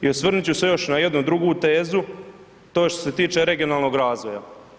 I osvrnuti ću se još na jednu drugu tezu to je što se tiče regionalnog razvoja.